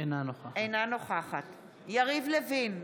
אינה נוכחת יריב לוין,